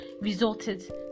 resulted